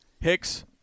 Hicks